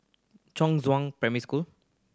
Primary School